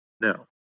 No